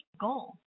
goal